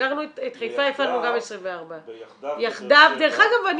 סגרנו את חיפה הפעלנו גם 24. ביחדיו -- דרך אגב,